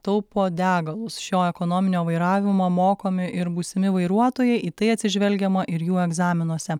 taupo degalus šio ekonominio vairavimo mokomi ir būsimi vairuotojai į tai atsižvelgiama ir jų egzaminuose